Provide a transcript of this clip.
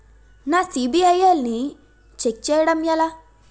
నా సిబిఐఎల్ ని ఛెక్ చేయడం ఎలా?